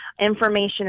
information